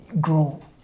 grow